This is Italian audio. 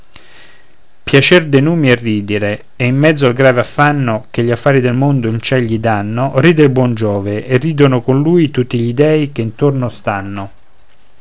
piacer dei numi è il ridere e in mezzo al grave affanno che gli affari del mondo in ciel gli dànno ride il buon giove e ridono con lui tutti gli dèi che intorno stanno